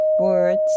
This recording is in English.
words